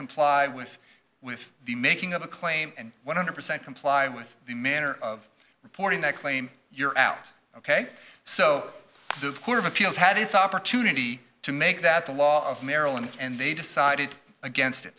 comply with with the making of a claim and one hundred percent comply with the manner of reporting that claim you're out ok so the court of appeals had its opportunity to make that the law of maryland and they decided against it